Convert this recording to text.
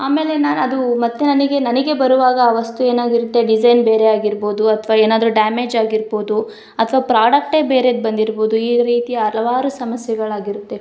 ಆಮೇಲೆ ನಾನು ಅದು ಮತ್ತು ನನಗೆ ನನಗೆ ಬರುವಾಗ ಆ ವಸ್ತು ಏನಾಗಿರುತ್ತೆ ಡಿಸೈನ್ ಬೇರೆ ಆಗಿರ್ಬೋದು ಅಥ್ವ ಏನಾದರು ಡ್ಯಾಮೇಜ್ ಆಗಿರ್ಬೋದು ಅಥ್ವ ಪ್ರಾಡಕ್ಟೇ ಬೇರೆದು ಬಂದಿರ್ಬೋದು ಈ ರೀತಿ ಹಲವಾರು ಸಮಸ್ಯೆಗಳಾಗಿರುತ್ತೆ